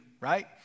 right